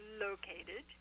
located